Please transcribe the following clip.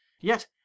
Yet